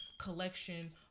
collection